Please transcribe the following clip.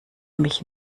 mich